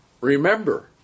remember